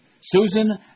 Susan